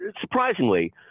surprisingly